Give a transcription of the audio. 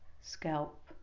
scalp